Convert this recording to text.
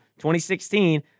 2016